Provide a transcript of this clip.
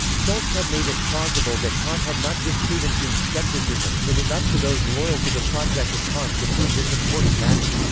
schulze had made it plausible that kant had not disproven hume's skepticism, it was up to those loyal to the project of kant to prove this important matter.